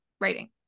writing